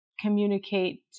communicate